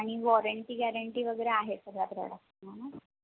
आणि warranty guarantee वगैरे आहे सगळ्या प्रॉडक्टना न